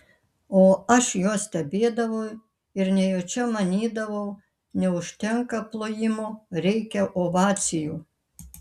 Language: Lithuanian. o aš juos stebėdavau ir nejučia manydavau neužtenka plojimų reikia ovacijų